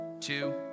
two